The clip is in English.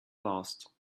last